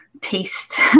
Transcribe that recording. taste